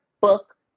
book